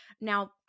Now